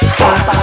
fuck